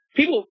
people